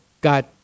got